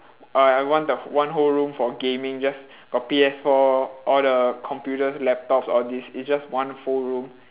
uh I want the wh~ one whole room for gaming just got P_S four all the computers laptops all this it's just one full room